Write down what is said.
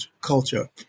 culture